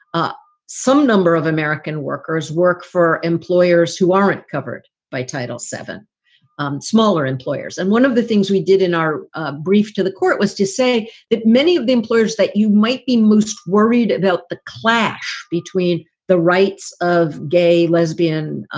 um some number of american workers work for employers who aren't covered by title seven smaller employers. and one of the things we did in our ah brief to the court was to say that many of the employers that you might be most worried about a clash between the rights of gay, lesbian,